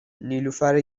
نیلوفر